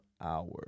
hours